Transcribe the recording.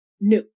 new